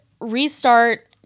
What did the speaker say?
restart